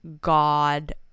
god